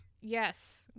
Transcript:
Yes